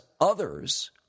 others